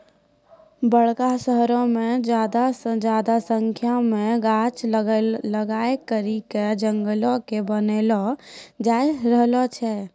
बड़का शहरो मे ज्यादा से ज्यादा संख्या मे गाछ लगाय करि के जंगलो के बनैलो जाय रहलो छै